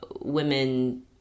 women